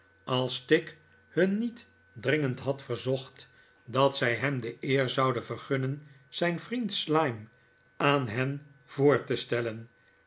als tigg hun niet dringend had verzocht dat zij hem de eer zouden vergunnen zijn vriend slyme aan hen voor te stellen